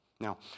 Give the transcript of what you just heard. Now